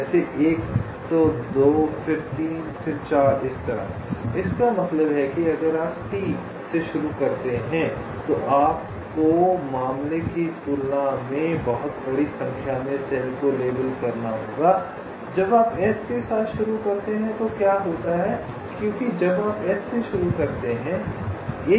जैसे 1 तो 2 फिर 3 फिर 4 इस तरह जिसका मतलब है कि अगर आप T से शुरू करते हैं तो आपको मामले की तुलना में बहुत बड़ी संख्या में सेल को लेबल करना होगा जब आप S के साथ शुरू करते हैं तो क्या होता है क्योंकि जब आप एस से शुरू करते हैं